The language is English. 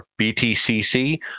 BTCC